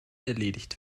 erledigt